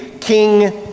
king